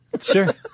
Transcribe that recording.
Sure